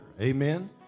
Amen